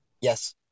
Yes